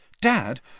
Dad